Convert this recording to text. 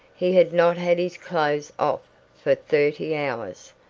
he had not had his clothes off for thirty hours,